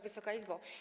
Wysoka Izbo!